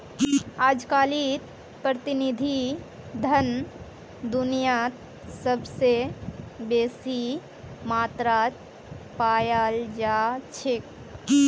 अजकालित प्रतिनिधि धन दुनियात सबस बेसी मात्रात पायाल जा छेक